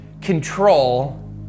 control